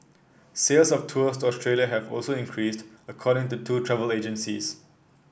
sales of tours to Australia have also increased according to two travel agencies